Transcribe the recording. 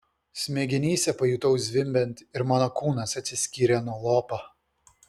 smegenyse pajutau zvimbiant ir mano kūnas atsiskyrė nuo lopo